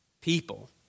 people